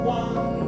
one